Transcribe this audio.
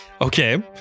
Okay